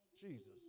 Jesus